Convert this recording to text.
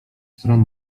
stron